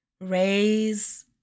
Raise